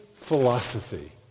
philosophy